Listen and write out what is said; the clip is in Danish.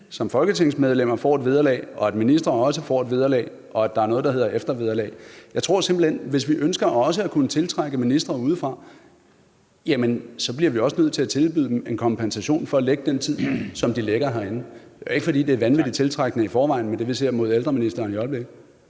som folketingsmedlemmer får vederlag, og at ministre også får et vederlag, og at der er noget, der hedder eftervederlag? Jeg tror simpelt hen, at vi, hvis vi også ønsker at kunne tiltrække ministre udefra, bliver nødt til at tilbyde dem en kompensation for at lægge den tid, som de lægger herinde. Det er jo ikke, fordi det er vanvittig tiltrækkende i forvejen med det, vi ser mod ældreministeren i øjeblikket.